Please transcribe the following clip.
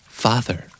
father